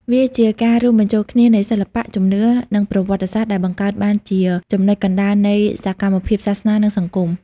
វាជាការរួមបញ្ចូលគ្នានៃ សិល្បៈ ជំនឿ និងប្រវត្តិសាស្ត្រ ដែលបង្កើតបានជាចំណុចកណ្ដាលនៃសកម្មភាពសាសនា និងសង្គម។